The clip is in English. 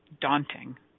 daunting